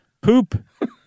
Poop